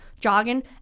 jogging